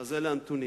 אז אלה הנתונים: